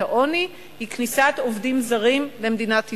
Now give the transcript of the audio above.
העוני היא כניסת עובדים זרים למדינת ישראל,